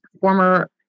former